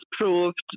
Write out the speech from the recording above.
proved